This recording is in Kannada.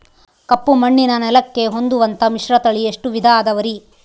ಕಪ್ಪುಮಣ್ಣಿನ ನೆಲಕ್ಕೆ ಹೊಂದುವಂಥ ಮಿಶ್ರತಳಿ ಎಷ್ಟು ವಿಧ ಅದವರಿ?